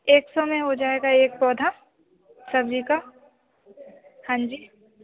एक सौ में हो जाएगा एक पौधा सब्जी का हाँ जी